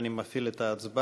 אני מפעיל את ההצבעה.